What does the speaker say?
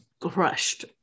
crushed